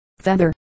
feather